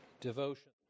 devotion